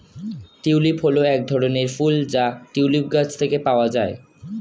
tulip হল এক ধরনের ফুল যা টিউলিপ গাছ থেকে পাওয়া যায়